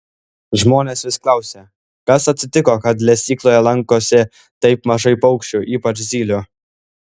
žmonės vis klausia kas atsitiko kad lesykloje lankosi taip mažai paukščių ypač zylių